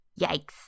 Yikes